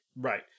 Right